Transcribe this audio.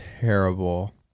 terrible